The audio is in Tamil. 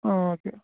ஆ ஓகே